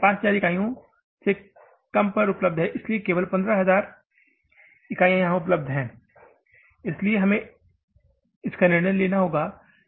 हमारे लिए 5000 इकाई से कम पर उपलब्ध है इसलिए केवल 15000 इकाइयाँ यहाँ उपलब्ध हैं इसलिए हमें इसका निर्णय करना होगा